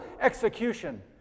execution